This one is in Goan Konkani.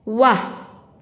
व्वा